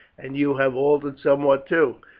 and you have altered somewhat too.